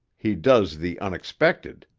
he does the unexpected.